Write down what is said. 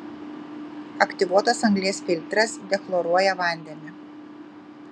aktyvuotos anglies filtras dechloruoja vandenį